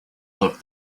left